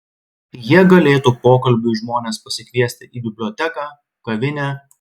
jie galėtų pokalbiui žmones pasikviesti į biblioteką kavinę